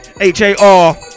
h-a-r